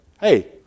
hey